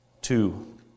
Two